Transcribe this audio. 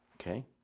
okay